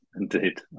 indeed